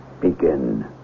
begin